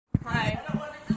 Hi